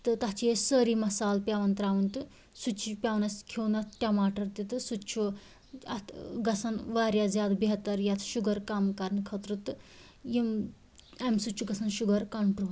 تہٕ تَتھ چھِ أسۍ سٲری مسال پٮ۪وان ترٛاوٕنۍ تہٕ سُہ چھِ پٮ۪وان اَسِہ کھیوٚن اَتھ ٹماٹر تہِ تہٕ سُتہِ چھُ اَتھ گژھان واریاہ زیادٕ بہتر یَتھ شُگر کم کَرنہٕ خٲطرٕ تہٕ یِم اَمہِ سۭتۍ چھُ گَژھان شُگر کَنٹرٛول